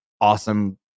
awesome